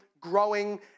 growing